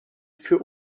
für